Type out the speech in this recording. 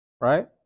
right